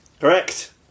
Correct